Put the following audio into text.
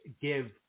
give